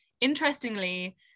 interestingly